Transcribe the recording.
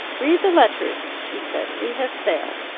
read the letters, she said. we have failed.